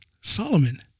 Solomon